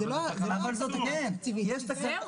תקציבית.